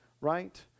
right